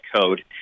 code